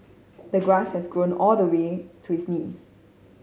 the grass had grown all the way to his knees